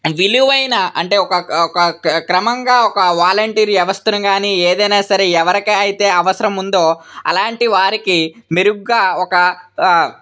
విలువైన అంటే ఒక ఒక క్రమంగా ఒక వాలంటీర్ వ్యవస్థను కానీ ఏదైన్నా సరే ఎవరికైతే అవసరం ఉందో అలాంటి వారికి మెరుగుగా ఒక